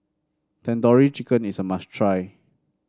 Tandoori Chicken is a must try